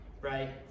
right